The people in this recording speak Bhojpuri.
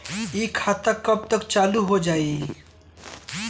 इ खाता कब तक चालू हो जाई?